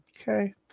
Okay